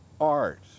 art